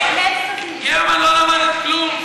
גרמן, לא למדת כלום?